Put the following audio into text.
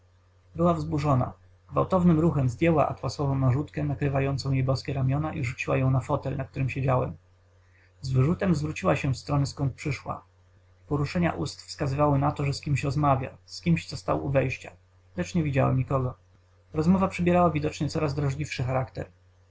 była wzburzona gwałtownym ruchem zdjęła atłasową narzutkę okrywającą jej boskie ramionia i rzuciła ją na fotel na którym siedziałem z wyrzutem zwróciła się w stronę skąd przyszła poruszenia ust wskazywały na to że z kimś rozmawia z kimś co stał u wejścia lecz nie widziałem nikogo rozmowa przybierała widocznie coraz drażliwszy charakter